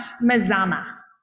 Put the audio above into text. Mazama